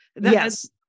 Yes